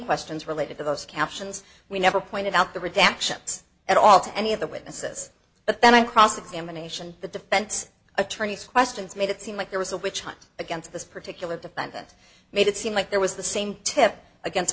questions related to those captions we never pointed out the redactions at all to any of the witnesses but then i cross examination the defense attorney's questions made it seem like there was a witch hunt against this particular defendant made it seem like there was the same tip against